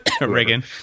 reagan